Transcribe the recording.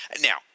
now